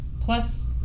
Plus